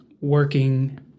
working